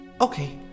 Okay